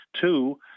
two